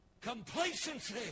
complacency